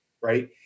right